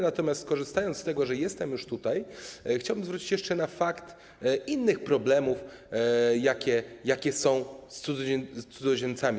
Natomiast korzystając z tego, że jestem już tutaj, chciałbym zwrócić uwagę jeszcze na fakt innych problemów, jakie są z cudzoziemcami.